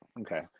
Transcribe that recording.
Okay